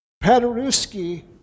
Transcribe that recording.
Paderewski